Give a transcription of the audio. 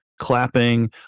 Clapping